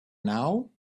now